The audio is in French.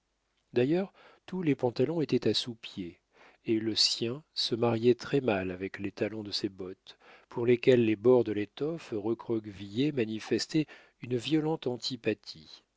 d'ailleurs tous les pantalons étaient à sous-pieds et le sien se mariait très-mal avec les talons de ses bottes pour lesquels les bords de l'étoffe recroquevillée manifestaient une violente antipathie